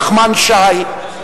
נחמן שי,